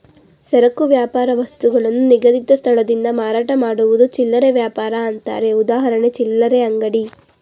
ಸರಕು ವ್ಯಾಪಾರ ವಸ್ತುಗಳನ್ನು ನಿಗದಿತ ಸ್ಥಳದಿಂದ ಮಾರಾಟ ಮಾಡುವುದು ಚಿಲ್ಲರೆ ವ್ಯಾಪಾರ ಅಂತಾರೆ ಉದಾಹರಣೆ ಚಿಲ್ಲರೆ ಅಂಗಡಿ